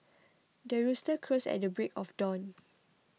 the rooster crows at the break of dawn